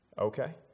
Okay